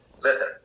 Listen